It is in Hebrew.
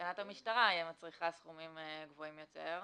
מבחינת המשטרה היא מצריכה סכומים גבוהים יותר.